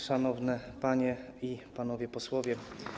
Szanowne Panie i Panowie Posłowie!